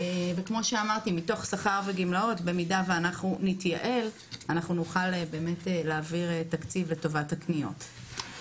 במידה ונתייעל נוכל להעביר תקציב לטובת הקניות.